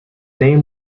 name